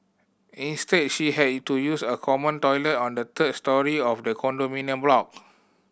instead she had to use a common toilet on the third storey of the condominium block